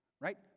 Right